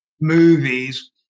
movies